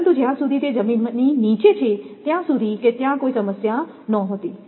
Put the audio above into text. પરંતુ જ્યાં સુધી તે જમીનની નીચે છે ત્યાં સુધી કે ત્યાં કોઈ સમસ્યા નહોતી